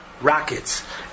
Rockets